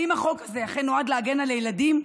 האם החוק הזה אכן נועד להגן על הילדים,